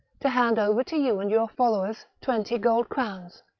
to hand over to you and your followers twenty gold crowns.